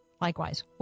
Likewise